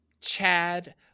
Chad